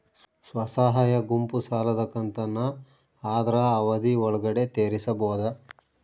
ಸ್ವಸಹಾಯ ಗುಂಪು ಸಾಲದ ಕಂತನ್ನ ಆದ್ರ ಅವಧಿ ಒಳ್ಗಡೆ ತೇರಿಸಬೋದ?